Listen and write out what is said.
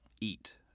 eat